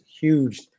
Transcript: huge